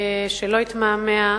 שלא התמהמה.